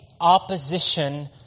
opposition